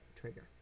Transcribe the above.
trigger